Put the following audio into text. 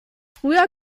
früher